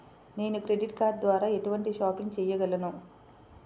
నేను credit card ద్వార ఎటువంటి షాపింగ్ చెయ్యగలను?